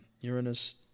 Uranus